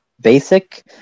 basic